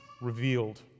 revealed